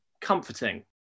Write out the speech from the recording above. comforting